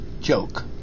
joke